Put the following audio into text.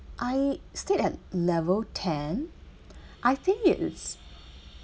I stayed at level ten I think it is